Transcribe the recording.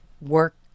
work